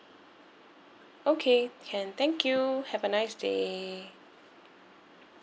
okay can thank you have a nice day